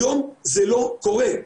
היום זה לא קורה.